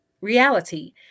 reality